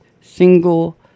single